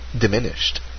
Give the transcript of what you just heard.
diminished